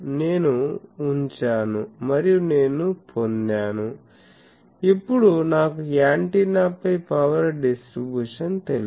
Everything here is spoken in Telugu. నేను ఉంచాను మరియు నేను పొందాను ఇప్పుడు నాకు యాంటెన్నాపై పవర్ డిస్ట్రిబ్యూషన్ తెలుసు